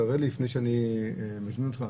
תראה לי לפני שאני מזמין אותך.